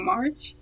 March